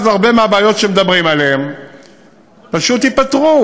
אז הרבה מהבעיות שמדברים עליהן פשוט ייפתרו,